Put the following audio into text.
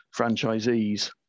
franchisees